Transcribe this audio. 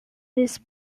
this